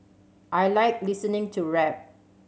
I like listening to rap